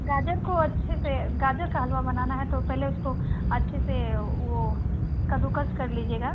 गाजर को अच्छे से गाजर का हलवा बनाना है तो पहले उसको अच्छे से वो कद्दूकस कर लीजिएगा